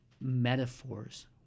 metaphors